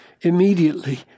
immediately